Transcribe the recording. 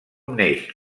neix